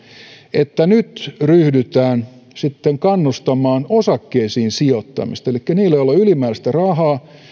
että nyt ryhdytään sitten kannustamaan osakkeisiin sijoittamista elikkä kun ne joilla on ylimääräistä rahaa